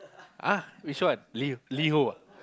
!huh! which one li~ Liho ah